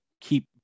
keep